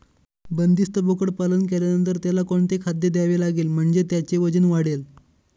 बंदिस्त बोकडपालन केल्यानंतर त्याला कोणते खाद्य द्यावे लागेल म्हणजे त्याचे वजन वाढेल?